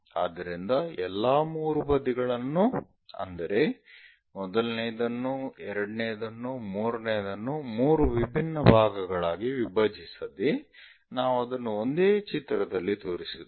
ಆದ್ದರಿಂದ ಎಲ್ಲಾ 3 ಬದಿಗಳನ್ನು ಅಂದರೆ ಮೊದಲನೆಯದನ್ನು ಎರಡನೆಯದನ್ನು ಮೂರನೆಯದನ್ನು 3 ವಿಭಿನ್ನ ಭಾಗಗಳಾಗಿ ವಿಭಜಿಸದೆ ನಾವು ಅದನ್ನು ಒಂದೇ ಚಿತ್ರದಲ್ಲಿ ತೋರಿಸುತ್ತೇವೆ